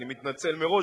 אני מתנצל מראש,